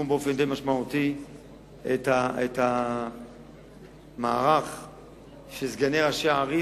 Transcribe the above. באופן די משמעותי את המערך של סגני ראשי ערים,